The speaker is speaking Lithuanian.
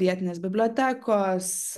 vietinės bibliotekos